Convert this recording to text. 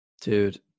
Dude